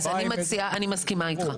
רגע, רגע, אז אני מסכימה איתך.